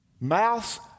Mouths